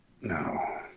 No